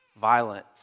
Violence